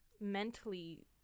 mentally